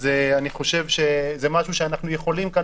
-- אני חושב שזה משהו שאנחנו יכולים כאן,